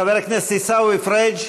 חבר הכנסת עיסאווי פריג',